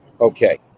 Okay